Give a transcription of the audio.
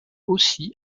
aussi